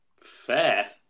Fair